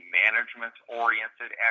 management-oriented